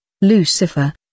Lucifer